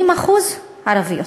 80% ערביות.